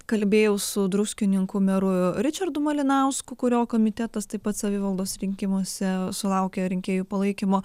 kalbėjau su druskininkų meru ričardu malinausku kurio komitetas taip pat savivaldos rinkimuose sulaukė rinkėjų palaikymo